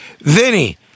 Vinny